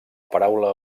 paraula